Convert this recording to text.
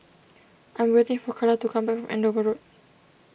I'm waiting for Kala to come back from Andover Road